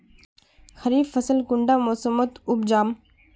खरीफ फसल कुंडा मोसमोत उपजाम?